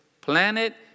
planet